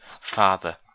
father